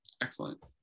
Excellent